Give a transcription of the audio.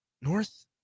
north